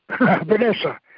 Vanessa